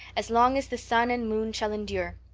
as long as the sun and moon shall endure.